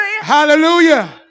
Hallelujah